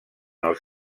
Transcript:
els